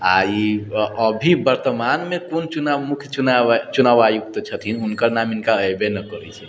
आ ई अभी वर्तमानमे कोन चुनाव आयुक्त मुख्य चुनाव आयुक्त छथिन हुनकर नाम हिनका ऐबे नहि करैत छै